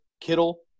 Kittle